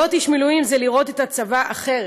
להיות איש מילואים זה לראות את הצבא אחרת,